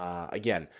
um again,